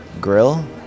grill